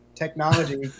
technology